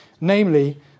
namely